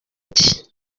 iti